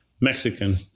Mexican